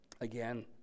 again